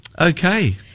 okay